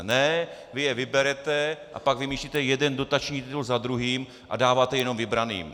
Ne, vy je vyberete, a pak vymýšlíte jeden dotační titul za druhým a dáváte jenom vybraným.